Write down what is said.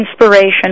inspiration